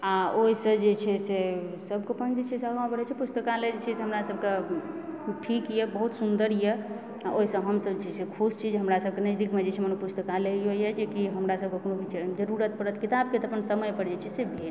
आ ओहिसँ छै जे से सबकेँ अपन जे छै से आगाँ बढ़ए छै पुस्तकालय जे छै से हमरा सबकेँ ठीक यऽ बहुत सुन्दर यऽआ ओहिसँ हमसब जे खुश छी जे हमरा सबकेँ नजदीकमे मने पुस्तकालयो यऽ जेकि हमरा सबहक किछु भी जरूरत पड़त किताबके तऽ अपन समय पर जे छै से भेट